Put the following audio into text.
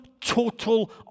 total